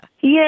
Yes